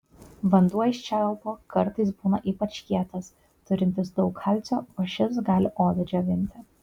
vanduo iš čiaupo kartais būna ypač kietas turintis daug kalcio o šis gali odą džiovinti